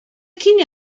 cinio